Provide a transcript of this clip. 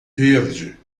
verde